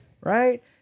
Right